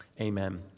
Amen